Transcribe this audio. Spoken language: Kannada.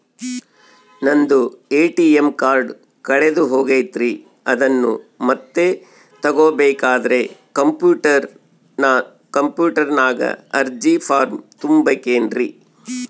ನಂದು ಎ.ಟಿ.ಎಂ ಕಾರ್ಡ್ ಕಳೆದು ಹೋಗೈತ್ರಿ ಅದನ್ನು ಮತ್ತೆ ತಗೋಬೇಕಾದರೆ ಕಂಪ್ಯೂಟರ್ ನಾಗ ಅರ್ಜಿ ಫಾರಂ ತುಂಬಬೇಕನ್ರಿ?